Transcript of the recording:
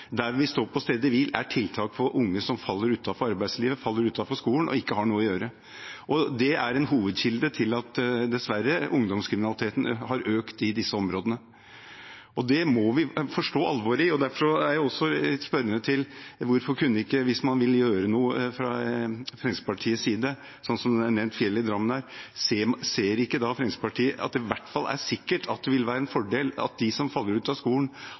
tiltak for unge som faller utenfor arbeidslivet, faller utenfor skolen og ikke har noe å gjøre. Det er en hovedkilde til at ungdomskriminaliteten dessverre har økt i disse områdene. Det må vi forstå alvoret i. Derfor er jeg også litt spørrende til hvorfor – hvis man vil gjøre noe fra Fremskrittspartiets side, som nevnt for Fjell i Drammen – ikke ser at det i hvert fall sikkert vil være en fordel at de ned til 16 år som faller ut av skolen,